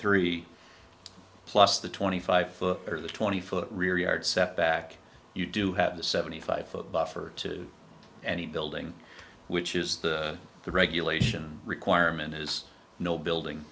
three plus the twenty five or the twenty foot rear yard setback you do have the seventy five foot buffer to any building which is the regulation requirement is no building